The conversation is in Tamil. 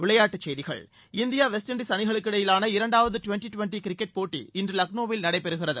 விளையாட்டுச் செய்திகள் இந்தியா வெஸ்ட்இண்டஸ் அனிகளுக்கிடையிலான இரண்டாவது டுவெண்ட்டி டுவெண்ட்டி கிரிக்கெட் போட்டி இன்று லக்னோவில் நடைபெறுகிறது